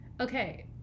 okay